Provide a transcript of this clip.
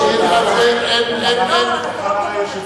אין ספק.